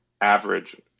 average